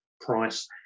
price